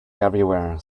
everywhere